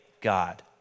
God